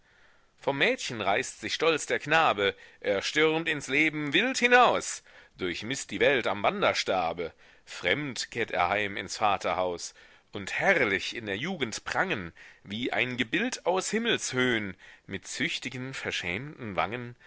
vom mädchen reißt sich stolz der knabe er stürmt ins leben wild hinaus durchmißt die welt am wanderstabe fremd kehrt er heim ins vaterhaus und herrlich in der jugend prangen wie ein gebild aus himmels höhn mit züchtigen verschämten wangen